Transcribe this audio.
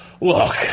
Look